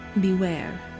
Beware